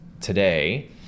today